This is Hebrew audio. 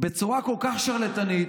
בצורה כל כך שרלטנית?